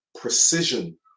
precision